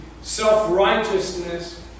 self-righteousness